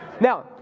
Now